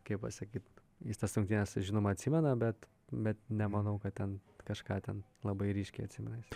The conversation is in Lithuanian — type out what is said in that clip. kaip pasakyt jis tas rungtynes žinoma atsimena bet bet nemanau kad ten kažką ten labai ryškiai atsimena jis